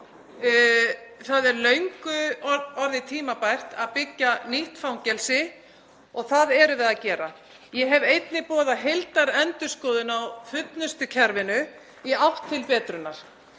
Það er löngu orðið tímabært að byggja nýtt fangelsi og það erum við að gera. Ég hef einnig boðað heildarendurskoðun á fullnustukerfinu í átt til betrunar